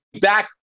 back